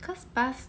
cause bus